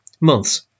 months